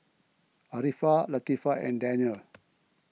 Arifa Latifa and Daniel